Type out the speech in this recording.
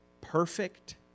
perfect